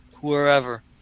wherever